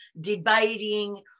debating